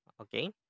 Okay